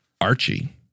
archie